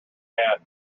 hat